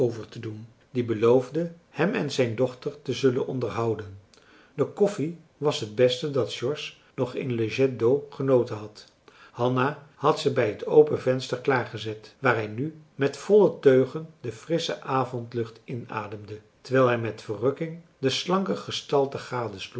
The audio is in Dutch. overtedoen die beloofde hem en zijn dochter te zullen onderhouden de koffie was het beste dat george nog in le jet d'eau genoten had hanna had ze bij het open venster klaar gezet waar hij nu met volle teugen de frissche avondlucht inademde terwijl hij met verrukking de slanke gestalte gadesloeg